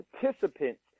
participants